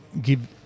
give